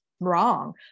wrong